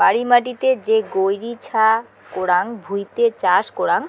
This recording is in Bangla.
বাড়ি মাটিতে যে গৈরী ছা করাং ভুঁইতে চাষ করাং